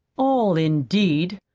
all, indeed!